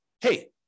hey